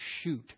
shoot